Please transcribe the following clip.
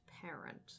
parent